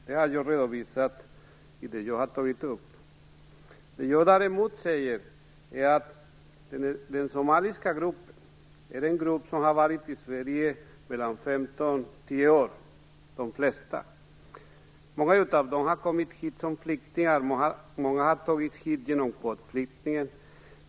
Det har jag redovisat i det som jag här tagit upp. Däremot säger jag att den somaliska gruppen är en grupp där de flesta varit i Sverige i 10-15 år. Många av dem har kommit hit som flyktingar. Många är kvotflyktingar.